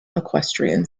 equestrian